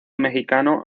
mexicano